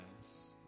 yes